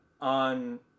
on